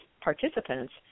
participants